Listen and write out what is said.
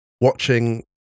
watching